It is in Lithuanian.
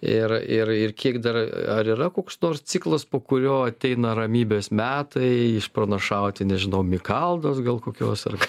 ir ir ir kiek dar ar yra koks nors ciklas po kurio ateina ramybės metai išpranašauti nežinau mikaldos gal kokios ar